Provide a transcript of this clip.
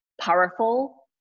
powerful